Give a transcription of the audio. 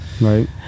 Right